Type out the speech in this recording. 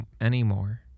anymore